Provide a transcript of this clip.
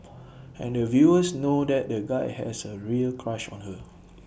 and the viewers know that the guy has A real crush on her